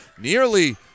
Nearly